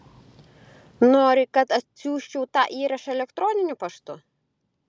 nori kad atsiųsčiau tą įrašą elektroniniu paštu